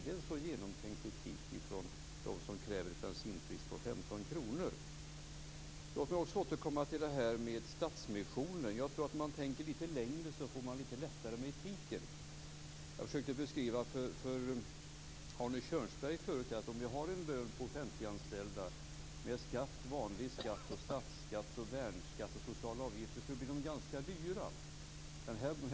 Är det en så genomtänkt etik från dem som kräver ett bensinpris på 15 kr? Låt mig också återkomma till Stadsmissionen. Jag tror att om man tänker lite längre får man det lite lättare med etiken. Jag försökte förut beskriva för Arne Kjörnsberg att om jag har löner för offentliganställda med vanlig skatt, statsskatt, värnskatt och sociala avgifter blir det ganska dyrt.